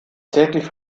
täglich